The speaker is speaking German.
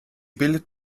bildet